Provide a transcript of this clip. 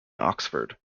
oxford